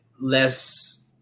less